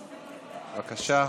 בבקשה.